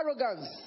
arrogance